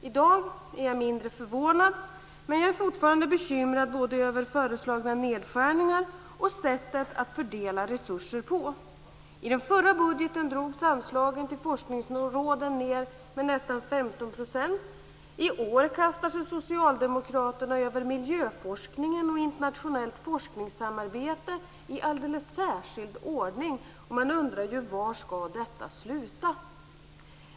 I dag är jag mindre förvånad, men jag är fortfarande bekymrad både över föreslagna nedskärningar och sättet att fördela resurser på. I den förra budgeten drogs anslaget till forskningsråden ned med nästan 15 %. I år kastar sig Socialdemokraterna över miljöforskningen och internationellt forskningssamarbete i alldeles särskild ordning. Man undrar var det skall sluta.